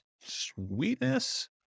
Sweetness